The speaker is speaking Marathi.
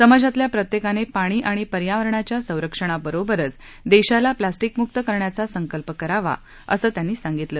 समाजातल्या प्रत्येकाने पाणी आणि पर्यावरणाच्या संरक्षणावरोबरच देशाला प्लास्टिकमुक्त करण्याचा संकल्प करावा असं त्यांनी सांगितलं